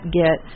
get